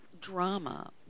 drama